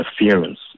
interference